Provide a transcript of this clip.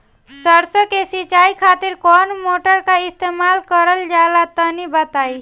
सरसो के सिंचाई खातिर कौन मोटर का इस्तेमाल करल जाला तनि बताई?